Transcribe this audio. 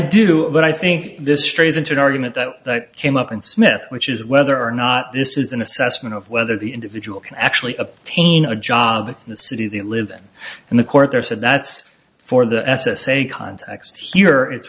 do but i think this strays into an argument that came up in smith which is whether or not this is an assessment of whether the individual can actually obtain a job in the city they live in and the court there said that for the s s a context here it's